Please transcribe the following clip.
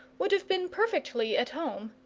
would have been perfectly at home,